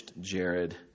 jared